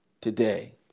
today